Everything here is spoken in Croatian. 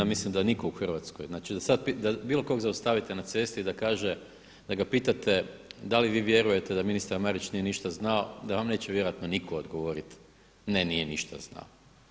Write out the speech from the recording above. Mislim da nitko u Hrvatskoj, znači da sad pitate, da bilo kog zaustavite na cesti i da kaže da ga pitate da li vi vjerujete da ministar Marić nije ništa znao da vam neće vjerojatno nitko odgovoriti, ne nije ništa znao.